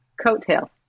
coattails